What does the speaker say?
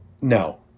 no